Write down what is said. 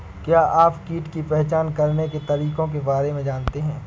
क्या आप कीट की पहचान करने के तरीकों के बारे में जानते हैं?